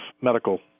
medical